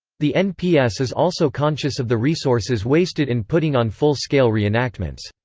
the nps is also conscious of the resources wasted in putting on full-scale reenactments.